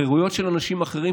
וחירויות של אנשים אחרים,